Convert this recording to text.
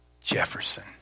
Jefferson